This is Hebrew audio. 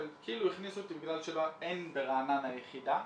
כאילו הכניסו אותי בגלל שאין ברעננה יחידה.